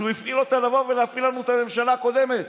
הוא הפעיל אותה לבוא ולהפיל לנו את הממשלה הקודמת.